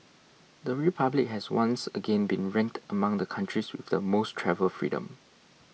the Republic has once again been ranked among the countries with the most travel freedom